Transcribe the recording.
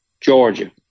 Georgia